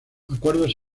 acuerdos